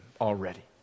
already